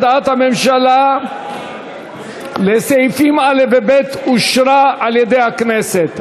הודעת הממשלה בסעיפים א' וב' אושרה על-ידי הכנסת.